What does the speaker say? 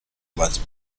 must